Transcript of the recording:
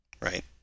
right